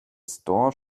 store